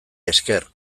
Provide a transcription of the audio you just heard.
esker